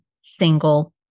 single